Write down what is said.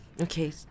Okay